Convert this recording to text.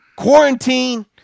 Quarantine